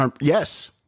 Yes